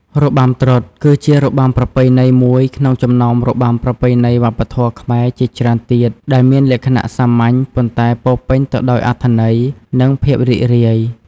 របាំត្រុដិគឺជារបាំប្រពៃណីមួយក្នុងចំណោមរបាំប្រពៃណីវប្បធម៌ខ្មែរជាច្រើនទៀតដែលមានលក្ខណៈសាមញ្ញ ប៉ុន្តែពោរពេញទៅដោយអត្ថន័យ និងភាពរីករាយ។